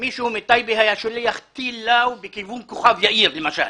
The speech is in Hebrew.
שמישהו מטייבה היה שולח טיל לאו בכיוון כוכב יאיר למשל.